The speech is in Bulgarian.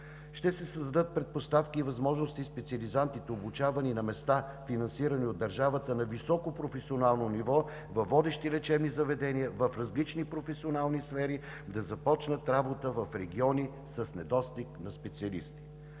ще се създадат предпоставки и възможности специализантите, обучавани на места, финансирани от държавата, на високо професионално ниво, във водещи лечебни заведения, в различни професионални сфери да започнат работа в региони с недостиг на специалисти.